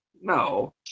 No